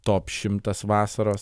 top šimtas vasaros